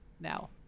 now